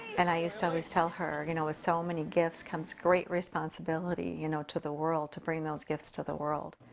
and i used to always tell her you know with so many gifts comes great responsibility you know to the world, to bring those gifts to the world.